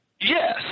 Yes